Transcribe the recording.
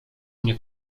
mnie